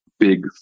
big